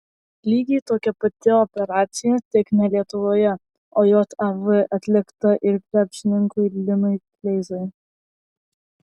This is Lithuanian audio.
lygiai tokia pati operacija tik ne lietuvoje o jav atlikta ir krepšininkui linui kleizai